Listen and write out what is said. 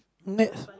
next